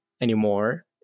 anymore